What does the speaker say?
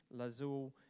lazul